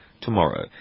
tomorrow